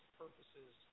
purposes